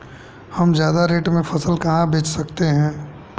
हम ज्यादा रेट में फसल कहाँ बेच सकते हैं?